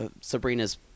Sabrina's